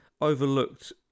overlooked